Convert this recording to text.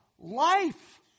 life